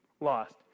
lost